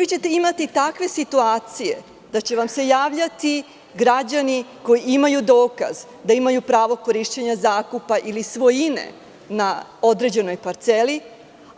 Imaćete takve situacije da će vam se javljati građani koji imaju dokaz da imaju pravo korišćenja, zakupa ili svojine na određenoj parceli